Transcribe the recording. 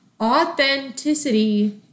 authenticity